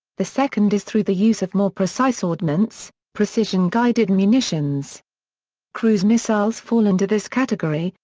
the second is through the use of more precise ordnance, precision-guided munitions cruise missiles fall into this category,